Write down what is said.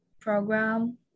program